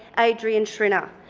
adrian schrinner.